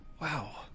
Wow